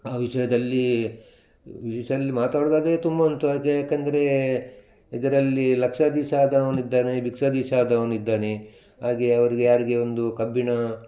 ಆ ವಿಷಯದಲ್ಲಿ ವಿಷ್ಯಲ್ಲಿ ಮಾತಾಡೋದಾದ್ರೆ ತುಂಬ ಉಂತು ಆದರೆ ಯಾಕೆಂದರೆ ಇದರಲ್ಲಿ ಲಕ್ಷಾಧೀಶ ಆದವನಿದ್ದಾನೆ ಭಿಕ್ಷಾಧೀಶ ಆದವನಿದ್ದಾನೆ ಹಾಗೆಯೇ ಅವರಿಗೆ ಯಾರಿಗೆ ಒಂದು ಕಬ್ಬಿಣ